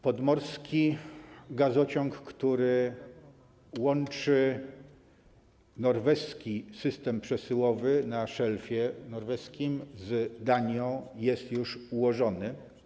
Podmorski gazociąg, który łączy norweski system przesyłowy na szelfie norweskim z Danią, jest już ułożony.